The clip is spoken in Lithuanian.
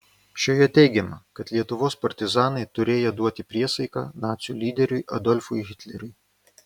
šioje teigiama kad lietuvos partizanai turėję duoti priesaiką nacių lyderiui adolfui hitleriui